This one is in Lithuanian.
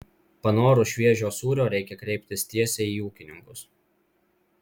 panorus šviežio sūrio reikia kreiptis tiesiai į ūkininkus